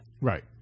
Right